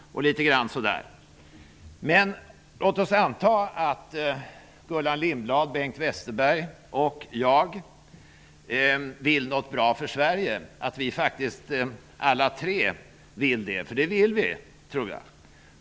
Låt oss anta att Gullan Lindblad, Bengt Westerberg och jag vill göra något bra för Sverige. Det vill vi, tror jag.